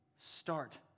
Start